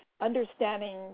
understanding